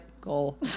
goal